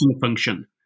function